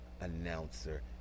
announcer